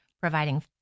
providing